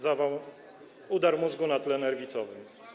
Zawał, udar mózgu na tle nerwicowym.